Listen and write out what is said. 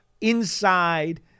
inside